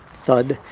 thud.